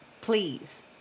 Please